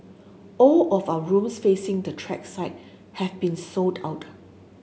all of our rooms facing the track side have been sold out